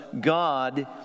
God